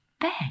bed